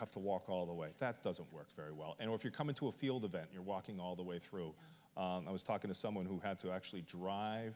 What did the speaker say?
have to walk all the way that doesn't work very well and if you're coming to a field event you're walking all the way through i was talking to someone who had to actually drive